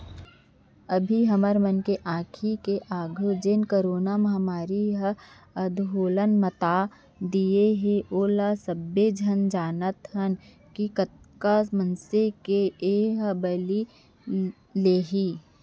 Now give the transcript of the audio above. अभी हमर मन के आंखी के आघू म जेन करोना महामारी ह अंदोहल मता दिये हे ओला सबे झन जानत हन कि कतका मनसे के एहर बली लेही